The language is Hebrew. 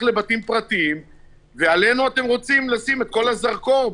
ביחס לבתים פרטיים ועלינו אתם רוצים לשים את כל הזרקור,